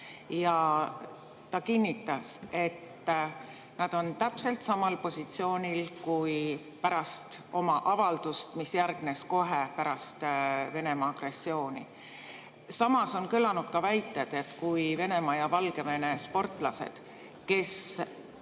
Ta kinnitas, et nad on täpselt samal positsioonil kui pärast oma avaldust, mis järgnes kohe pärast Venemaa agressiooni. Samas on kõlanud ka väited, et kui Venemaa ja Valgevene sportlased, kes